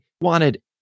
wanted